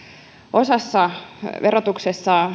osassa verotusta